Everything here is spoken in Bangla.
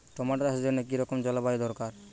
টমেটো চাষের জন্য কি রকম জলবায়ু দরকার?